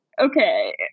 okay